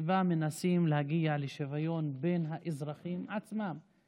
שבה מנסים להגיע לשוויון בין האזרחים עצמם.